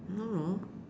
I don't know